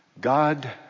God